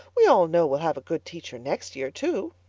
we all know we'll have a good teacher next year too.